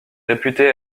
réputé